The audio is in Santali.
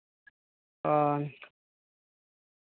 ᱚᱻ